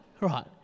right